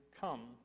come